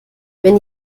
wenn